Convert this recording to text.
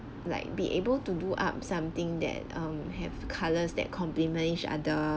like be able to do up something that um have colours that complement each other